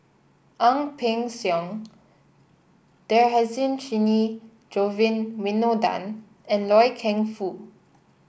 Ang Peng Siong Dhershini Govin Winodan and Loy Keng Foo